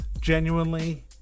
genuinely